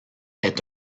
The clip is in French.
est